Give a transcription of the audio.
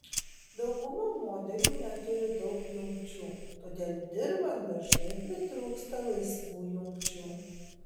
dauguma modelių neturi daug jungčių todėl dirbant dažnai pritrūksta laisvų jungčių